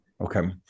Okay